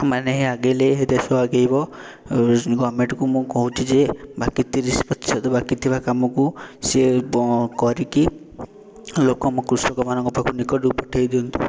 ଏମାନେ ହିଁ ଆଗେଇଲେ ହିଁ ଦେଶ ଆଗେଇବ ଗମେଣ୍ଟକୁ ମୁଁ କହୁଛି ଯେ ବାକି ତିରିଶି ପ୍ରତିଶତ ବାକିଥିବା କାମକୁ ସିଏ ବ କରିକି ଲୋକ ଓ କୃଷିମାନଙ୍କ ପାଖ ନିକଟକୁ ପଠେଇ ଦିଅନ୍ତୁ